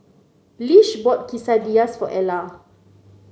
Lish bought Quesadillas for Ela